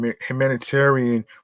humanitarian